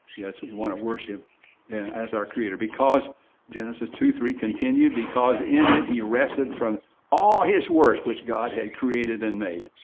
yes, we want to worship him as our creator, because genesis two three continues, because in it he rested from all his work, which god had created and made.